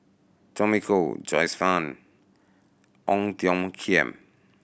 Tommy Koh Joyce Fan Ong Tiong Khiam